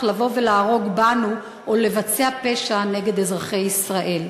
להרוג בנו או לבצע פשע נגד אזרחי ישראל.